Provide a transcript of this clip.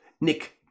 Nick